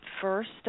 first